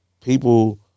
People